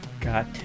got